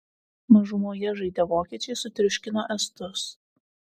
mažumoje žaidę vokiečiai sutriuškino estus